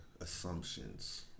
assumptions